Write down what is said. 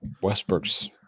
Westbrook's